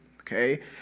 okay